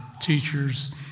teachers